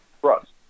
trust